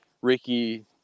Ricky